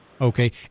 Okay